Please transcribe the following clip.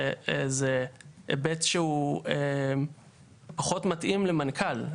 שזה היבט שהוא פחות מתאים למנכ"ל.